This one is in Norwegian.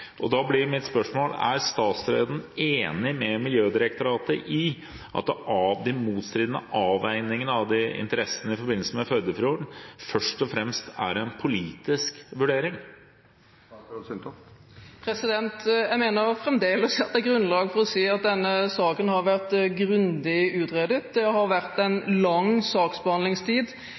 beslutning. Da blir mitt spørsmål: Er statsråden enig med Miljødirektoratet i at de motstridende avveiningene av interessene i forbindelse med Førdefjorden først og fremst er en politisk vurdering? Jeg mener fremdeles at det er grunnlag for å si at denne saken har vært grundig utredet. Det har vært